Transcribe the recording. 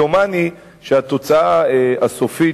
דומני שהתוצאה הסופית,